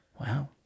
Wow